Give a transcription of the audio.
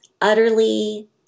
utterly